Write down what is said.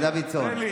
חבר הכנסת דוידסון,